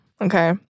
Okay